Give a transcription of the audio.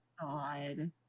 god